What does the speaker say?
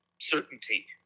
certainty